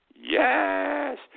Yes